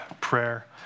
prayer